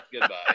goodbye